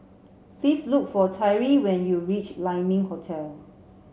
please look for Tyree when you reach Lai Ming Hotel